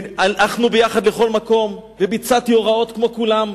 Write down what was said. והלכנו יחד לכל מקום, וביצעתי הוראות כמו כולם,